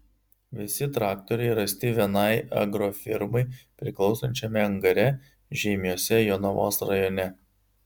visi traktoriai rasti vienai agrofirmai priklausančiame angare žeimiuose jonavos rajone